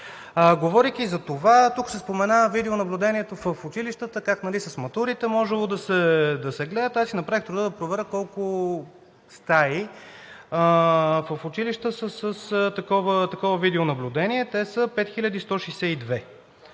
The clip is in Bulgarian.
Говорейки за това, тук се спомена видеонаблюдението в училищата – как с матурите можело да се гледат. Аз си направих труда да проверя колко стаи в училища са с такова видеонаблюдение. Те са 5162.